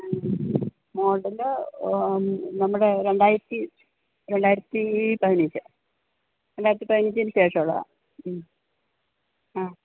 model നമ്മുടെ രണ്ടായിരത്തി രണ്ടായിരത്തി പതിനഞ്ച് രണ്ടായിരത്തി പതിനഞ്ചിന് ശേഷമുള്ളതാണ് ഉം ആ